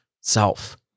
self